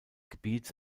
gebiets